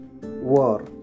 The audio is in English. war